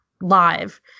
live